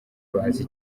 bazi